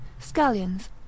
scallions